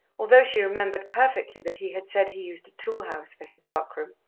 although she remembered perfectly that he had said he used a tool-house for his dark-room.